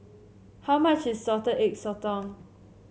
how much is Salted Egg Sotong